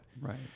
Right